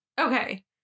Okay